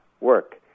work